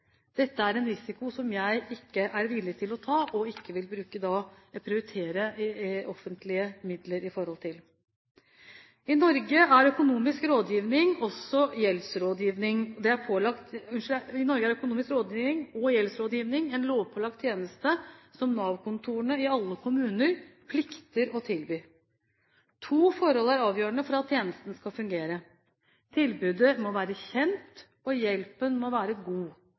Dette er en risiko som jeg ikke er villig til å ta, og ikke vil prioritere bruk av offentlige midler til. I Norge er økonomisk rådgivning og gjeldsrådgivning en lovpålagt tjeneste som Nav-kontorene i alle kommuner plikter å tilby. To forhold er avgjørende for at tjenestene skal fungere. Tilbudet må være kjent, og hjelpen må være god.